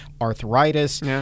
arthritis